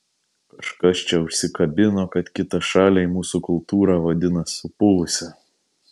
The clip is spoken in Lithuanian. kažkas čia užsikabino kad kitašaliai mūsų kultūrą vadina supuvusia